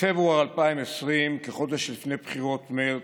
בפברואר 2020, כחודש לפני בחירות מרץ,